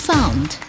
Found